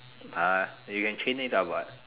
uh you can chain it up what